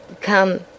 Come